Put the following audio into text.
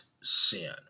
sin